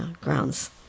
grounds